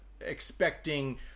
expecting